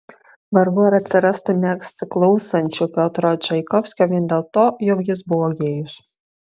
vargu ar atsirastų nesiklausančių piotro čaikovskio vien dėl to jog jis buvo gėjus